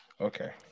Okay